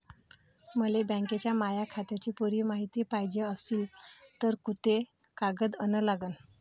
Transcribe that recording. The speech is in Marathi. मले बँकेच्या माया खात्याची पुरी मायती पायजे अशील तर कुंते कागद अन लागन?